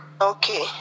Okay